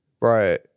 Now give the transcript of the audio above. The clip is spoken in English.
Right